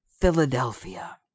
Philadelphia